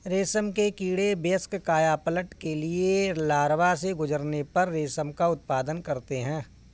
रेशम के कीड़े वयस्क कायापलट के लिए लार्वा से गुजरने पर रेशम का उत्पादन करते हैं